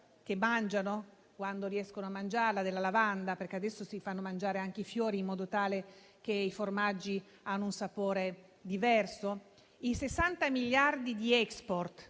della viola, quando riescono a mangiarla, e della lavanda? Perché adesso si fanno mangiare anche i fiori, in modo tale che i formaggi abbiano un sapore diverso. I 60 miliardi di *export*